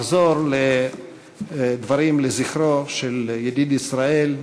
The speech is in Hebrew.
אחזור לדברים לזכרו של ידיד ישראל,